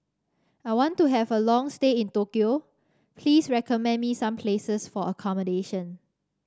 I want to have a long stay in Tokyo please recommend me some places for accommodation